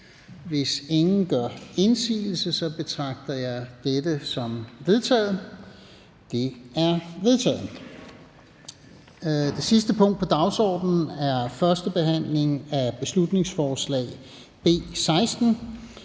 Hvis ingen gør indsigelse, betragter jeg dette som vedtaget. Det er vedtaget. --- Det sidste punkt på dagsordenen er: 6) 1. behandling af beslutningsforslag nr.